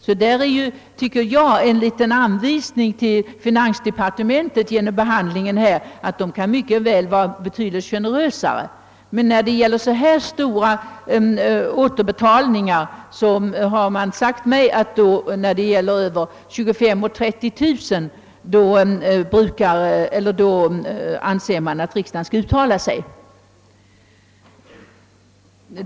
Vi kan alltså genom behandlingen av detta ärende ge finansdepartementet en liten anvisning om att man mycket väl kan vara betydligt generösare. Det har sagts mig att i fråga om återbetalningar av belopp som överstiger 25 000—30 000 kronor skall inte riksdagen behöva uttala sig.